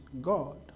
God